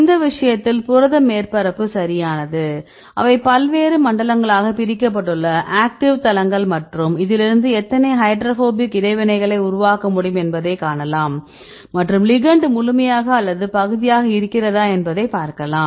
இந்த விஷயத்தில் புரத மேற்பரப்பு சரியானது அவை பல்வேறு மண்டலங்களாகப் பிரிக்கப்பட்டுள்ள ஆக்டிவ் தளங்கள் மற்றும் இதிலிருந்து எத்தனை ஹைட்ரோபோபிக் இடைவினைகளை உருவாக்க முடியும் என்பதைக் காணலாம் மற்றும் லிகெண்ட் முழுமையாக அல்லது பகுதியாக இருக்கிறதா என்பதைப் பார்க்கலாம்